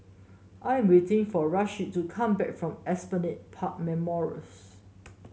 I am waiting for Rasheed to come back from Esplanade Park Memorials